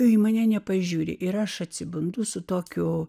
į mane nepažiūri ir aš atsibundu su tokiu